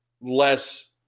less